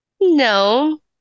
No